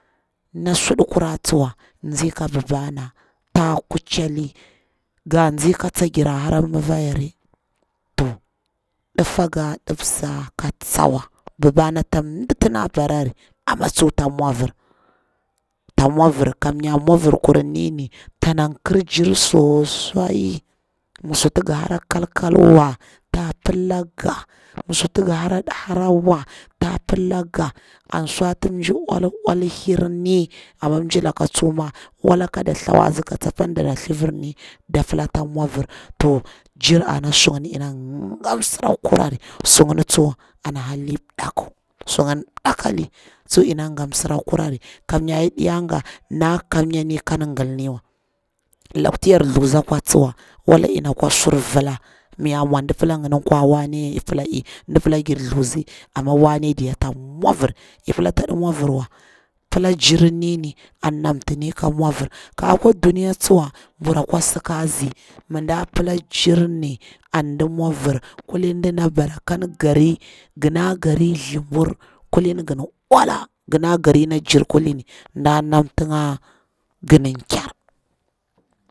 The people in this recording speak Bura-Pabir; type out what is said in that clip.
Na suɗukura tsuwa nzi ka babana ta kuchali ga nzi ka tsa gira hara ma fayari, ɗufa ga ani nza ka tsa wa, ba bana ta mda natu nda barari amma tsu ta mwavir, ta mwavir, kam yar mwavir kurin ni na tana ƙarjir so sai ma suta ngaɗi hara kalkalwa ta pala ga, an sutu mji ul'ul hir ni. Ammamjilaka ma wala kada thawasi apan ma dana thuvirni, dana pala ta mwavir, to nzir ana in nga msirakur, su nga tsuwa in nga msirakura ri kamyar nda ɗa kam nyani kaɗi ngalni wa, luktu yar thusi tsuwa, wala ina kwa sir villa ma ya mwa ndana pala nga ni kwar wane, e pala gir thusi, amma wane ɗiya ta mwavir, ki pila taɗi mwavir wa, pala jirini ni ni an namtani ka mwavir, ka akwa duniya, tsuwa nbura kwa sikasi, ma da pala jir kurni an nda pala nda mwavir kulini ndana bara kada garini ga na gari thlibur gan ula, gana jiri kulini gannin ƙyar.